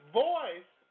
voice